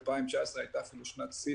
2019 הייתה אפילו שנת שיא